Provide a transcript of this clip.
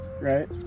right